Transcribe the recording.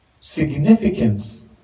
significance